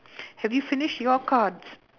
have you finished your cards